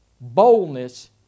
boldness